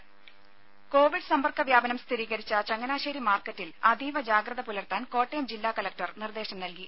ദേദ കോവിഡ് സമ്പർക്ക വ്യാപനം സ്ഥിരീകരിച്ച ചങ്ങനാശേരി മാർക്കറ്റിൽ അതീവ ജാഗ്രത പുലർത്താൻ കോട്ടയം ജില്ലാ കലക്ടർ നിർദേശം നൽകി